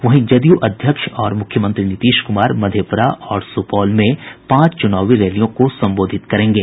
वहीं जदयू अध्यक्ष और मुख्यमंत्री नीतीश कुमार मधेपूरा और सुपौल जिले में पांच चुनावी रैलियों को संबोधित करेंगे